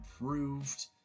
improved